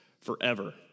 forever